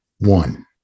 One